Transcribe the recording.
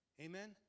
Amen